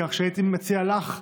כך שהייתי מציע לך,